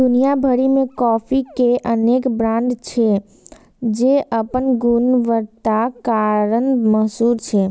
दुनिया भरि मे कॉफी के अनेक ब्रांड छै, जे अपन गुणवत्ताक कारण मशहूर छै